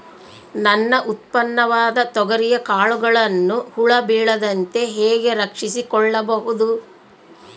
ನನ್ನ ಉತ್ಪನ್ನವಾದ ತೊಗರಿಯ ಕಾಳುಗಳನ್ನು ಹುಳ ಬೇಳದಂತೆ ಹೇಗೆ ರಕ್ಷಿಸಿಕೊಳ್ಳಬಹುದು?